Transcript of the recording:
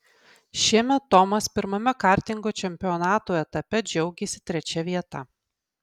šiemet tomas pirmame kartingo čempionato etape džiaugėsi trečia vieta